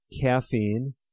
Caffeine